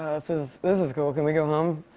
ah. this is this is cool. can we go home?